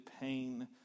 pain